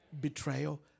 Betrayal